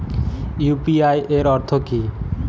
UPI এর অর্থ কি?